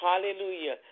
Hallelujah